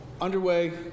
Underway